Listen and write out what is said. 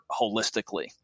holistically